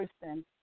person